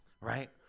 Right